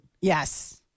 Yes